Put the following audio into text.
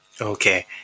Okay